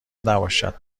نباشند